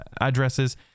addresses